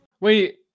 wait